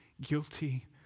guilty